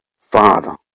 Father